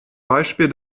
beispiel